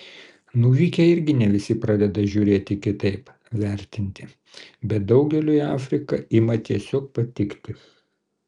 nuvykę irgi ne visi pradeda žiūrėti kitaip vertinti bet daugeliui afrika ima tiesiog patikti